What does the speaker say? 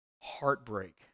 heartbreak